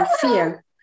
fear